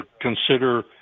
consider